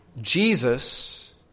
Jesus